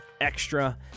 Extra